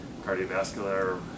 cardiovascular